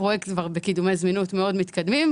הפרויקט כבר בקידומי זמינות מתקדמים מאוד.